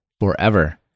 forever